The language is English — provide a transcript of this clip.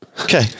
Okay